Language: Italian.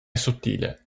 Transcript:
sottile